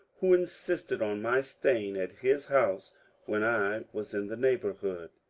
who insisted on my staying at his house when i was in the neighbourhood.